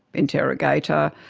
interrogator.